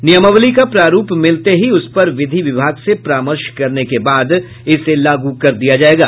नियमावली का प्रारूप मिलते ही उसपर विधि विभाग से परामर्श करने के बाद उसे लागू कर दिया जायेगा